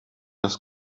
das